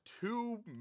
two